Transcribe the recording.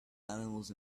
animals